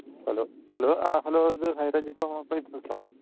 hello hello hello ഇത് high range home appliances store ആണോ